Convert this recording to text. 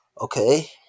okay